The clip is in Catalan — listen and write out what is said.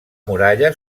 muralla